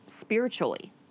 spiritually